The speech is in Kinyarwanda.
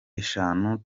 eshanu